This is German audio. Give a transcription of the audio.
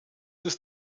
ist